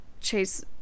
Chase